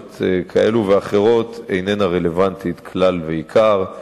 כאלה ואחרות איננה רלוונטית כלל ועיקר.